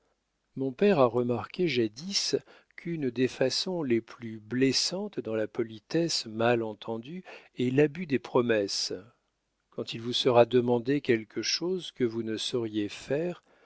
mon père a remarqué jadis qu'une des façons les plus blessantes dans la politesse mal entendue est l'abus des promesses quand il vous sera demandé quelque chose que vous ne sauriez faire